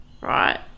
right